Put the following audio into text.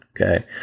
Okay